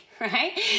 right